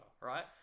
right